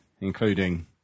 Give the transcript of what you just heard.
including